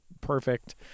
perfect